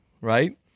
Right